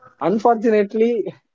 unfortunately